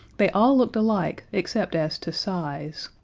they all looked alike except as to size.